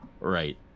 right